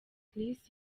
chris